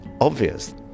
obvious